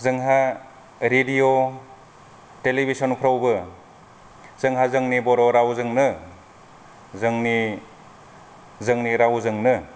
जोंहा radio television फ्राउबो जोंहा जोंनि बर' रावजोंनो जोंनि रावजोंनो